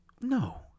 No